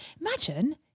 Imagine